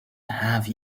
have